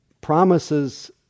promises